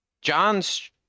john's